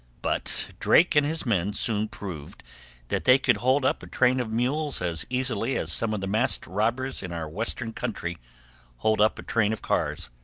but drake and his men soon proved that they could hold up a train of mules as easily as some of the masked robbers in our western country hold up a train of cars.